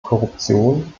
korruption